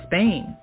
Spain